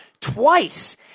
twice